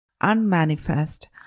unmanifest